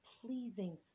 pleasing